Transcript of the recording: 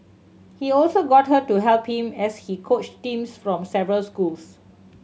he also got her to help him as he coached teams from several schools